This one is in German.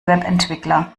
webentwickler